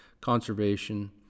conservation